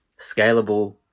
scalable